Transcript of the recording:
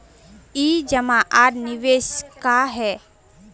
ई जमा आर निवेश का है?